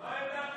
מה עמדת